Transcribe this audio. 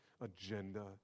agenda